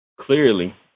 Clearly